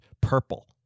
purple